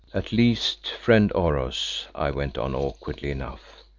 at least, friend oros, i went on awkwardly enough,